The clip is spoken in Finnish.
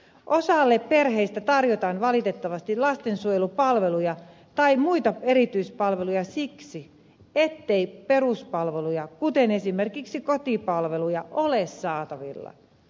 osalle perheistä tarjotaan valitettavasti lastensuojelupalveluja tai muita erityispalveluja siksi ettei peruspalveluja kuten esimerkiksi kotipalveluja ole saatavilla